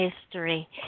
history